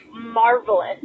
marvelous